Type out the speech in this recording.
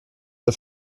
der